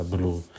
Blue